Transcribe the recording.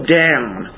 down